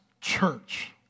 church